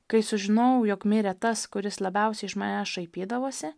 kai sužinojau jog mirė tas kuris labiausiai iš manęs šaipydavosi